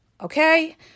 Okay